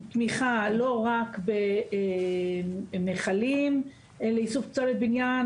תמיכה לא רק במכלים לאיסוף פסולת בניין,